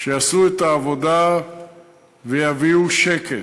שיעשו את העבודה ויביאו שקט,